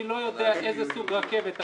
אני לא יודע איזה סוג רכבת,